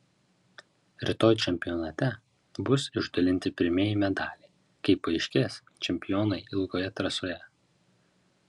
rytoj čempionate bus išdalinti pirmieji medaliai kai paaiškės čempionai ilgoje trasoje